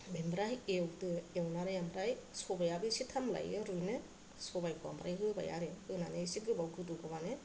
बेनिफ्रय एवदो एवनानै ओमफ्राय सबायाबो एसे टाइम लायो रुयनो सबायखौ ओमफ्राय रुबाय आरो रुनानै एसे गोबाव गोदौ होनानै